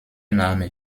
name